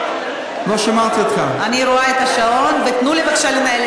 אני רואה את השעון, ותנו לי בבקשה לנהל.